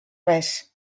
res